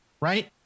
right